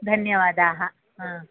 धन्यवादाः हा